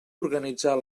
organitzar